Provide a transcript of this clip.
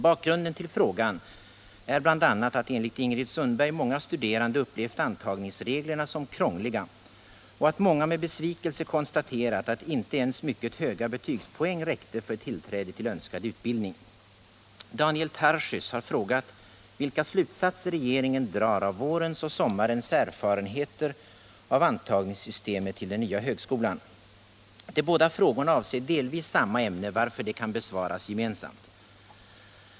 Bakgrunden till frågan är bl.a. enligt Ingrid Sundberg att många studerande upplevt antagningsreglerna som krångliga och att många med besvikelse konstaterat att inte ens mycket höga betygspoäng räckte för tillträde till önskad utbildning. Daniel Tarschys har frågat vilka slutsatser regeringen drar av vårens och sommarens erfarenheter av antagningssystemet till den nya högskolan. De båda frågorna avser delvis samma ämne varför de kan besvaras gemensamt.